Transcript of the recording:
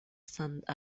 sant